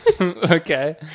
Okay